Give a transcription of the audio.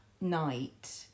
night